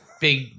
big